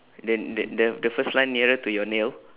then the the the first line nearer to your nail